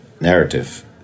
narrative